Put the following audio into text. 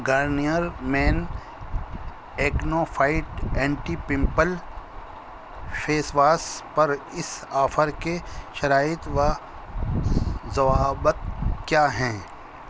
Garnier men acno fight anti pimple face wash پر اس offer کے شرائط و ضوابط کیا ہیں